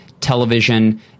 television